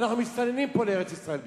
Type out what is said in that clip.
אנחנו מסתננים פה לארץ-ישראל בכלל.